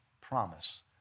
promise